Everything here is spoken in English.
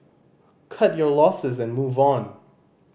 cut your losses and move on